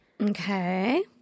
Okay